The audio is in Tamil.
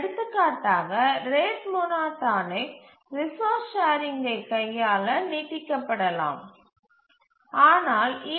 எடுத்துக்காட்டாக ரேட் மோனோடோனிக் ரிசோர்ஸ் ஷேரிங்கை கையாள நீட்டிக்கப்படலாம் ஆனால் ஈ